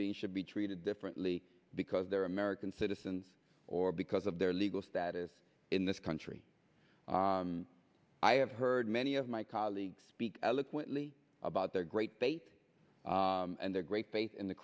beings should be treated differently because they're american citizens or because of their legal status in this country i have heard many of my colleagues speak eloquently about their great date and their great faith in the